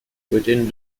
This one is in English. within